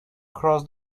across